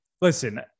listen